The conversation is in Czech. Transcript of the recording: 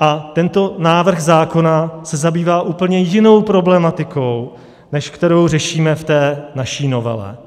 a tento návrh zákona se zabývá úplně jinou problematikou, než kterou řešíme v té naší novele.